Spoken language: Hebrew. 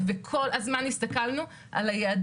ואז אני חושב שהוועדה תצטרך לקבל מנת"ע את